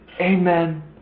Amen